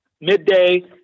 midday